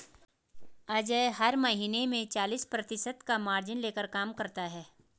अजय हर महीने में चालीस प्रतिशत का मार्जिन लेकर काम करता है